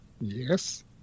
Yes